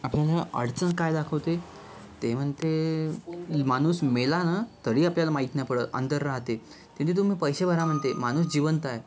आपल्याला अडचण काय दाखवते ते म्हणते माणूस मेला ना तरी आपल्याला माहीत नाही पडत अंदर राहते तिथे तुम्ही पैसे भरा म्हणते माणूस जिवंत आहे